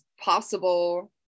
possible